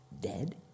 Dead